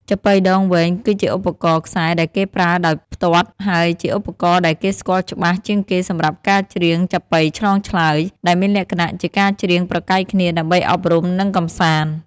ចាប៉ីដងវែង គឺជាឧបករណ៍ខ្សែដែលគេប្រើដោយផ្ទាត់ ហើយជាឧបករណ៍ដែលគេស្គាល់ច្បាស់ជាងគេសម្រាប់ការច្រៀងចាប៉ីឆ្លងឆ្លើយ ដែលមានលក្ខណៈជាការច្រៀងប្រកែកគ្នាដើម្បីអប់រំ និងកម្សាន្ត។